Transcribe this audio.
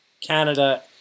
Canada